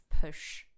push